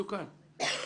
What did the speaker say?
יתוקן.